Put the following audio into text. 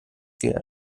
care